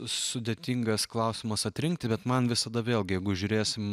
sudėtingas klausimas atrinkti bet man visada vėlgi jeigu žiūrėsim